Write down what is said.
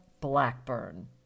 Blackburn